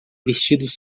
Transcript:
vestidos